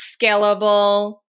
scalable